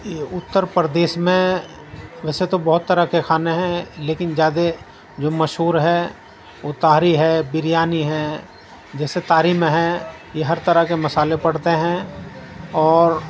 یہ اتر پردیش میں ویسے تو بہت طرح کے کھانے ہیں لیکن زیادہ جو مشہور ہے وہ تاہری ہے بریانی ہے جیسے تاہری میں ہے یہ ہر طرح کے مسالے پڑتے ہیں اور